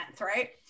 right